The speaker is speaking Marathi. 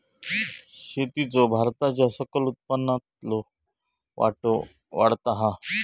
शेतीचो भारताच्या सकल उत्पन्नातलो वाटो वाढता हा